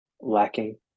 lacking